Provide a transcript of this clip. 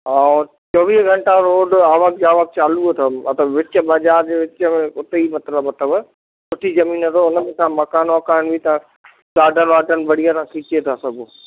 हा चोवीह घंटा रोड आवाज ई आवाजु चालू अथव विच बाज़ारि उते ई मतिलबु अथव सुठी ज़मीन अथव उन में सभु मकान वकान ई अथव सभु